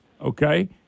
okay